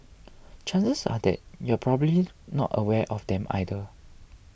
chances are that you're probably not aware of them either